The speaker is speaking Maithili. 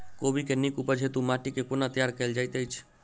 कोबी केँ नीक उपज हेतु माटि केँ कोना तैयार कएल जाइत अछि?